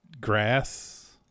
grass